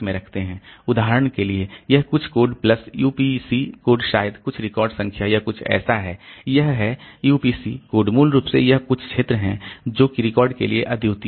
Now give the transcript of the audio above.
उदाहरण के लिए यह कुछ कोड प्लस UPC कोड शायद कुछ रिकॉर्ड संख्या या कुछ ऐसा है यह है यह UPC कोड मूल रूप से कुछ क्षेत्र है जो कि रिकॉर्ड के लिए अद्वितीय है